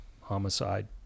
homicide